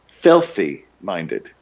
filthy-minded